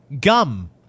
gum